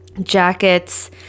jackets